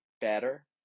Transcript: better